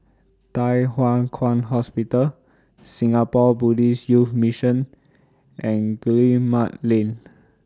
Thye Hua Kwan Hospital Singapore Buddhist Youth Mission and Guillemard Lane